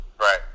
Right